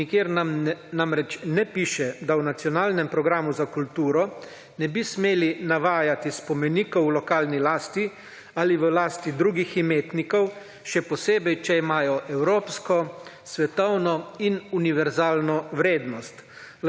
nikjer namreč ne piše, da v Nacionalnem programu za kulturo ne bi smeli navajati spomenikov v lokalni lasti ali v lasti drugih imetnikov še posebej, če imajo evropsko, svetovno in univerzalno vrednost.